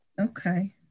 Okay